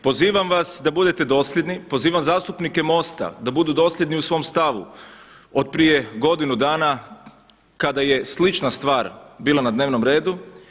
Pozivam vas da budete dosljedni, pozivam zastupnike Mosta da budu dosljedni u svom stavu od prije godinu dana kada je slična stvar bila na dnevnom redu.